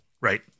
Right